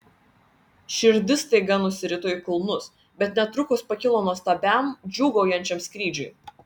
širdis staiga nusirito į kulnus bet netrukus pakilo nuostabiam džiūgaujančiam skrydžiui